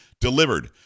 Delivered